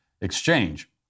exchange